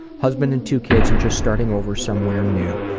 husband and two kids, and just starting over somewhere new.